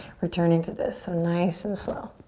returning to this so nice and slow.